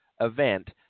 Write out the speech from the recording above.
event